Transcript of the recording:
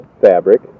fabric